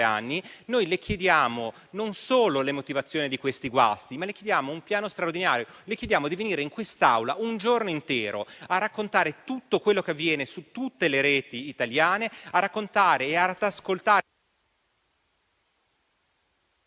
anni. Noi le chiediamo non solo le motivazioni di questi guasti, ma anche un piano straordinario. Le chiediamo di venire in quest'Aula un giorno intero a raccontare tutto quello che avviene su tutte le reti italiane, a raccontare e ad ascoltare.